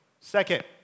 Second